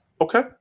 Okay